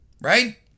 right